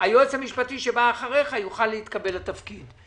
היועץ המשפטי שבא אחריך יוכל להתקבל לתפקיד.